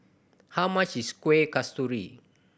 how much is Kueh Kasturi